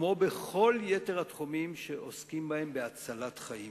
כמו בכל יתר התחומים שעוסקים בהם בהצלת חיים.